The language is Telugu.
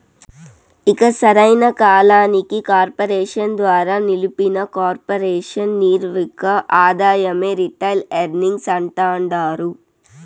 ఇక సరైన కాలానికి కార్పెరేషన్ ద్వారా నిలిపిన కొర్పెరేషన్ నిర్వక ఆదాయమే రిటైల్ ఎర్నింగ్స్ అంటాండారు